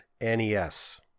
NES